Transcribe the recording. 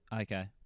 Okay